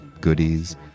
goodies